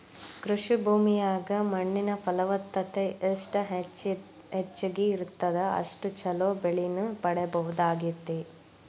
ಕೃಷಿ ಭೂಮಿಯಾಗ ಮಣ್ಣಿನ ಫಲವತ್ತತೆ ಎಷ್ಟ ಹೆಚ್ಚಗಿ ಇರುತ್ತದ ಅಷ್ಟು ಚೊಲೋ ಬೆಳಿನ ಪಡೇಬಹುದಾಗೇತಿ